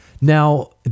Now